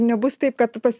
nebus taip kad pas